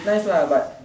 it's nice lah but